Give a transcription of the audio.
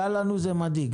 היה לנו זה מדאיג.